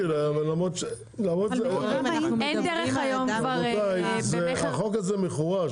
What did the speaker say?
אין דרך היום כבר במכר --- החוק הזה מחורר,